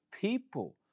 people